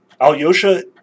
Alyosha